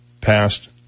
passed